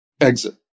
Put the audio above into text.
exit